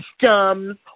systems